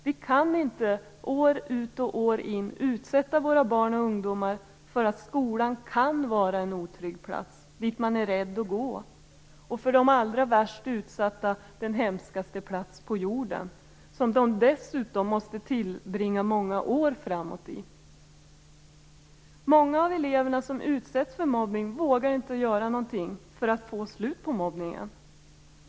Vi kan inte år ut och år in utsätta våra barn och ungdomar för att skolan kan vara en otrygg plats dit man är rädd att gå och för de allra värst utsatta den hemskaste plats på jorden som de dessutom måste tillbringa många år framöver i. Många av de elever som utsätts för mobbning vågar inte göra någonting för att få slut på mobbningen.